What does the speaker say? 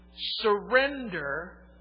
surrender